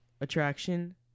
attraction